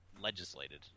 legislated